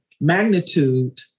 magnitude